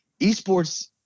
eSports